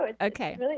Okay